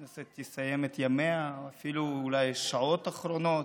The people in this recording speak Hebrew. הכנסת תסיים את ימיה, אפילו אולי שעות אחרונות,